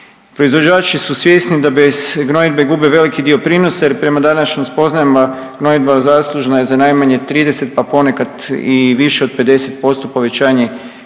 Proizvođači su svjesni da bez gnojidbe gube veliki dio prinosa jer prema današnjim spoznajama, gnojidba zaslužna je za najmanje 30, a ponekad i više od 50% povećanje prinosa.